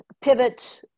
pivot